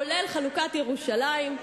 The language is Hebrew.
לרבות חלוקת ירושלים.